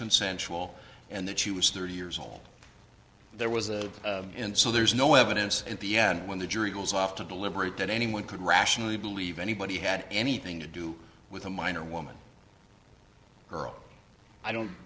consensual and that she was thirty years old there was a and so there's no evidence at the end when the jury was off to deliberate that anyone could rationally believe anybody had anything to do with a minor woman girl i don't